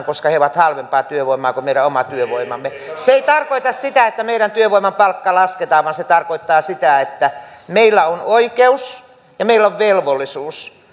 koska he ovat halvempaa työvoimaa kuin meidän oma työvoimamme se ei tarkoita sitä että meidän työvoiman palkkaa lasketaan vaan se tarkoittaa sitä että meillä on oikeus ja meillä on velvollisuus